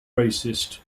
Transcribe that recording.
racist